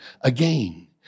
again